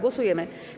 Głosujemy.